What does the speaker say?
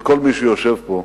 של כל מי שיושב פה,